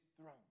throne